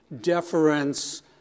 deference